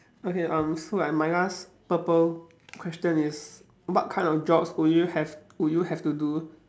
okay um so like my last purple question is what kind of jobs would you have would you have to do